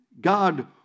God